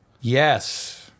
Yes